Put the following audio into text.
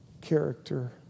character